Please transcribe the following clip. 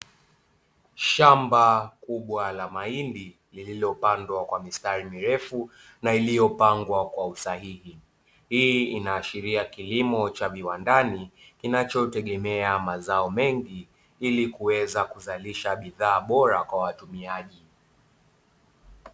Shamba kubwa la mahindi lililopandwa kwa mistari mirefu na iliyopangwa kwa usahihi. Hii inaashiria kilimo cha viwandani kinachotegemea mazao mengi, ili kuweza kuzalisha bidhaa bora kwa watumiaji.